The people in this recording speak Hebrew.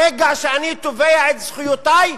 ברגע שאני תובע את זכויותי,